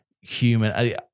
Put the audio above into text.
human